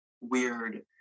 weird